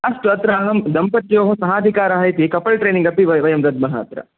अस्तु अत्र अहं दम्पत्योः सहाधिकरः इति कपल् ट्रैनिङ्ग् अपि वय वयं दद्मः अत्र